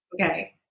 Okay